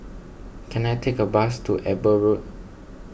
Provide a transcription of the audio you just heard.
can I take a bus to Eber Road